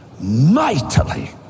mightily